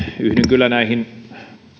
yhdyn kyllä näihin